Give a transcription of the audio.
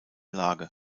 lage